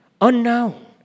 Unknown